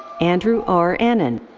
andrew r. annen.